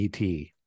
ET